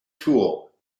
tool